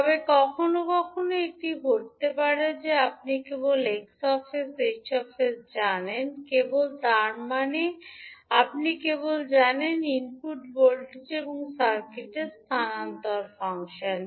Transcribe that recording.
তবে কখনও কখনও এটি ঘটতে পারে যে আপনি কেবল 𝑋 𝑠 𝐻 𝑠 জানেন কেবল তার মানে আপনি কেবল জানেন ইনপুট ভোল্টেজ এবং সার্কিটের স্থানান্তর ফাংশন